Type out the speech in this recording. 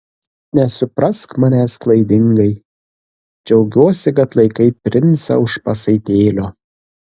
nesuprask manęs klaidingai džiaugiuosi kad laikai princą už pasaitėlio